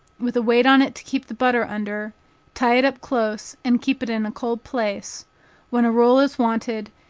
with a weight on it to keep the butter under tie it up close and keep it in a cold place when a roll is wanted,